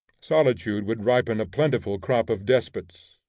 solitude would ripen a plentiful crop of despots.